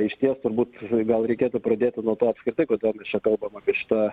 išties turbūt gal reikėtų pradėti nuo to apskritai kodėl mes čia kalbam apie šitą